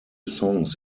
songs